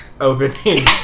opening